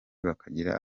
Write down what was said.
bakira